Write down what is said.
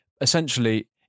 essentially